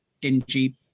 dingy